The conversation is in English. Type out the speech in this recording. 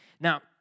Now